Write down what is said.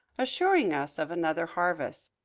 assuring us of another harvest.